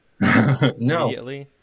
No